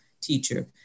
teacher